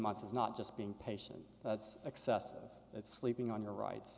months is not just being patient that's excessive it's sleeping on your rights